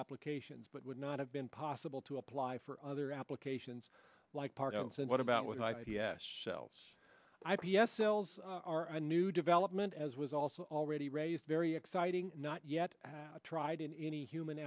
applications but would not have been possible to apply for other applications like part of what about with i b s shelves i p s cells are a new development as was also already raised very exciting not yet tried in any human